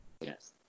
Yes